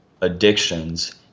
addictions